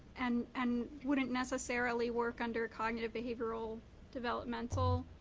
and and wouldn't necessarily work under cognitive behavioral developmental.